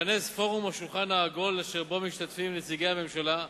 התכנס פורום "השולחן העגול" אשר בו משתתפים נציגי הממשלה,